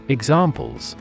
Examples